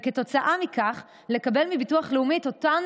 וכתוצאה מכך לקבל מביטוח לאומי את אותן